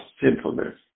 sinfulness